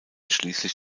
schließlich